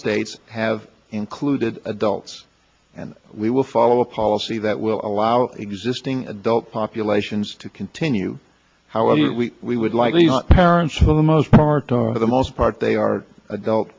states have included adults and we will follow a policy that will allow existing adult populations to continue however we would like the parents for the most part or for the most part they are adult